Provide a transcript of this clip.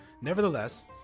Nevertheless